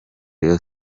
rayon